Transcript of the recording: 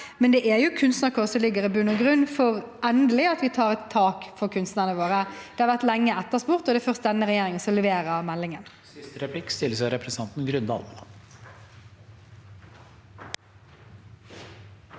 men det er Kunstnarkår som ligger i bunnen for at vi endelig tar et tak for kunstnerne våre. Det har vært etterspurt lenge, og det er først denne regjeringen som leverer meldingen.